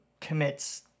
commits